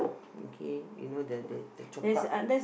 okay you know the the the